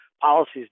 policies